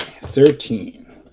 thirteen